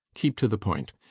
keep to the point.